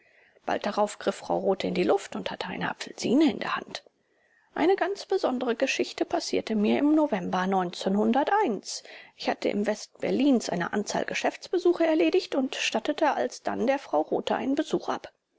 bald darauf griff frau rothe in die luft und hatte eine apfelsine in der hand eine ganz besondere geschichte passierte mir im november ich hatte im westen berlins eine anzahl geschäftsbesuche erledigt und stattete alsdann der frau rothe einen besuch ab